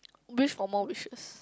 wish for more wishes